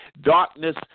darkness